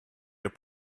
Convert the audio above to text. your